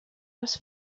les